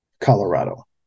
Colorado